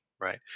right